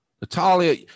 Natalia